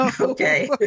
Okay